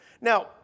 Now